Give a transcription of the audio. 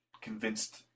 convinced